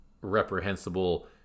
reprehensible